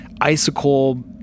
icicle-